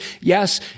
yes